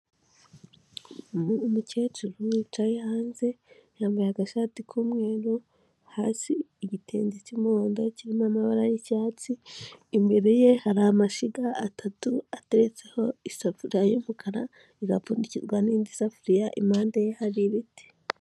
Umukecuru yicaye hanze, yambaye agashati k'umweru, hasi igitenge cy'umuhondo kirimo amabara y'icyatsi, imbere ye hari amashyiga atatu ateretseho isafuriya y'umukara, igapfundikirwa n'indi safuriya, impande ye hari ibiti.